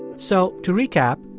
so to recap,